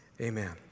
Amen